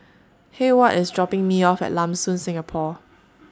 Heyward IS dropping Me off At Lam Soon Singapore